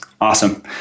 Awesome